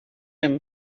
him